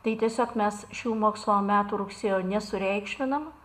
tai tiesiog mes šių mokslo metų rugsėjo nesureikšminam